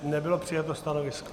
Nebylo přijato stanovisko.